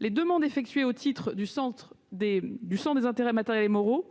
les demandes effectuées au titre du centre des intérêts matériels et moraux